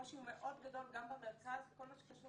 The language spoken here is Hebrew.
הקושי הוא מאוד גדול גם במרכז בכל מה שקשור